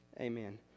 amen